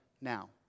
now